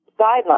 guidelines